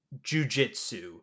jujitsu